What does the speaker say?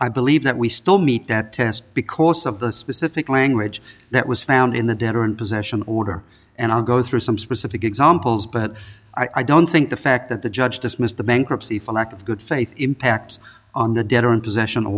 i believe that we still meet that test because of the specific language that was found in the debtor in possession order and i'll go through some specific examples but i don't think the fact that the judge dismissed the bankruptcy for lack of good faith impacts on the debtor in possession o